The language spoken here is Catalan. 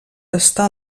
està